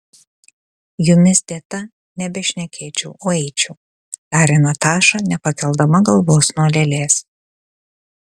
jumis dėta nebešnekėčiau o eičiau tarė nataša nepakeldama galvos nuo lėlės